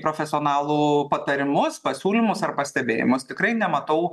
profesionalų patarimus pasiūlymus ar pastebėjimus tikrai nematau